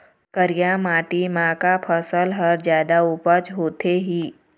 करिया माटी म का फसल हर जादा उपज होथे ही?